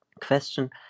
question